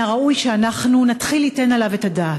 הראוי שאנחנו נתחיל ליתן עליו את הדעת,